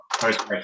post